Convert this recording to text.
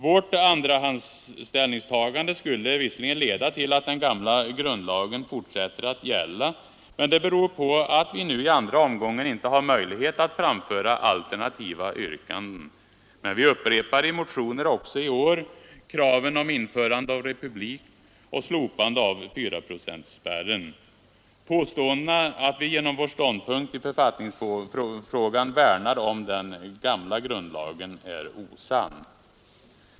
Vårt andrahandsställningstagande skulle visserligen leda till att den gamla grundlagen fortsätter att gälla, men det beror på att vi nu i andra omgången inte har möjlighet att framföra alternativa yrkanden. Men vi upprepar i motioner också i år kraven om införande av republik och slopande av fyraprocentsspärren, Påståendena om att vi genom vår ståndpunkt i författningsfrågan värnar om den gamla grundlagen är osanna.